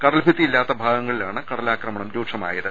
കടൽഭിത്തിയില്ലാത്ത ഭാഗങ്ങളിലാണ് കട ലാക്രമണം രൂക്ഷമായത്